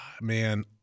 man